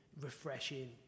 refreshing